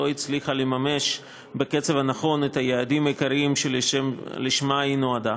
לא הצליחה לממש בקצב הנכון את היעדים העיקריים שלשמם היא נועדה.